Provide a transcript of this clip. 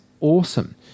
awesome